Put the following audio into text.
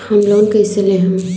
Home loan कैसे लेहम?